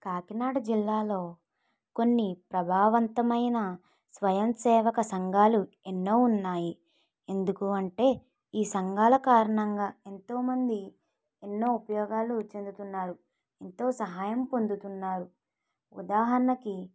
కాకినాడ జిల్లాలో కొన్ని ప్రభావంతమైన స్వయంసేవక సంఘాలు ఎన్నో ఉన్నాయి ఎందుకంటే ఈ సంఘాల కారణంగా ఎంతోమంది ఎన్నో ఉపయోగాలు చెందుతున్నారు ఎంతో సహాయం పొందుతున్నారు ఉదాహరణకి